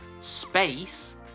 space